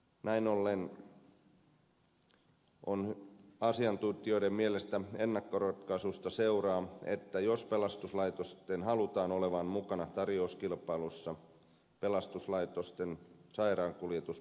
näin ollen asiantuntijoiden mielestä ennakkoratkaisusta seuraa se että jos pelastuslaitosten halutaan olevan mukana tarjouskilpailussa pelastuslaitosten sairaankuljetus pitää yhtiöittää